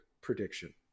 prediction